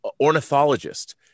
ornithologist